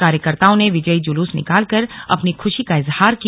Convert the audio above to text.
कार्यकर्ताओं ने विजयी जुलूस निकालक अपनी खुशी का इजहार किया